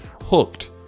Hooked